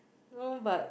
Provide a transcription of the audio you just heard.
no but